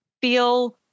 feel